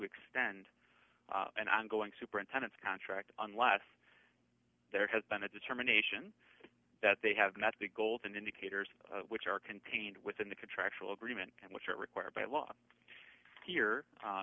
extend an ongoing superintendent's contract unless there has been a determination that they have met the golden indicators which are contained within the contractual agreement and which are required by law here a